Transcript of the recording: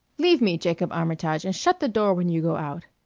leave me, jacob armitage, and shut the door when you go out.